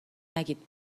نگید